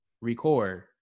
record